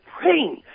praying